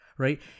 right